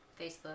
Facebook